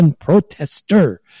protester